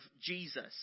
Jesus